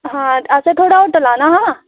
आं असें थुआढ़ा होटल लैना हा